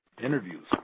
interviews